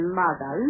mother